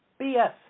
BS